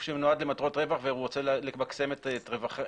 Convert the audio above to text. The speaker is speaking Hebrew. שמיועד למטרות רווח ורוצה למקסם את רווחיו,